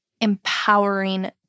empowering